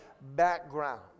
background